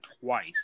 twice